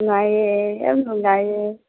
ꯅꯨꯡꯉꯥꯏꯌꯦ ꯌꯥꯝ ꯅꯨꯡꯉꯥꯏꯌꯦ